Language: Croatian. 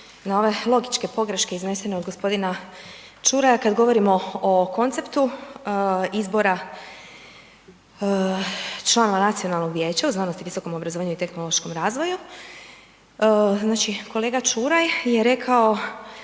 na ove logičke pogreške iznesene od g. Čuraja kad govorimo o konceptu izbora članova Nacionalnog vijeća u znanosti i visokom obrazovanju i tehnološkom razvoju, znači kolega Čuraj je rekao